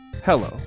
Hello